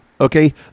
okay